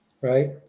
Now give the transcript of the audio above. Right